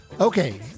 Okay